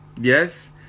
Yes